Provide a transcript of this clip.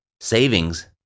Savings